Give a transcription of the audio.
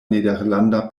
nederlanda